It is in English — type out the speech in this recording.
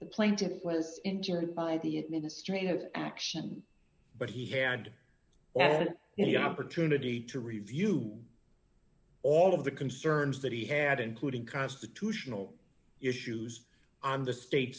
the plaintiffs was injured by the administrative action but he shared the opportunity to review all of the concerns that he had including constitutional issues on the state